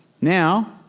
Now